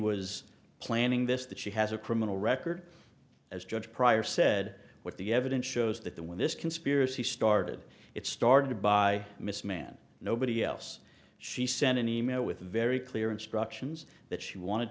was planning this that she has a criminal record as judge prior said what the evidence shows that the when this conspiracy started it started by miss man nobody else she sent an email with a very clear instructions that she wanted